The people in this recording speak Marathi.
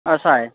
असं आहे